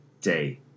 day